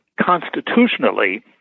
constitutionally